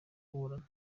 kuburana